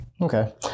Okay